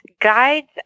guides